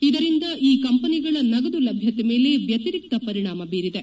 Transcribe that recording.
ಇದರಿಂದ ಈ ಕಂಪನಿಗಳ ನಗದು ಲಭ್ಯತೆ ಮೇಲೆ ವ್ಯತಿರಿಕ್ತ ಪರಿಣಾಮ ಬೀರಿದೆ